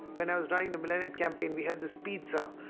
when i was running the millennium campaign we had this pizza,